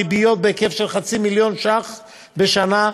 ריביות בהיקף של חצי מיליון שקל בשנה,